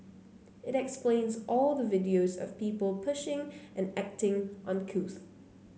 it explains all the videos of people pushing and acting uncouth